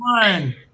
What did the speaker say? one